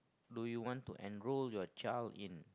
do you want to enroll you child in